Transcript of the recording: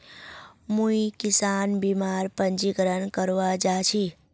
मुई किसान बीमार पंजीकरण करवा जा छि